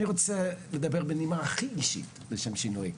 אני רוצה לדבר בנימה הכי אישית לשם שינוי.